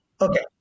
Okay